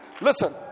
listen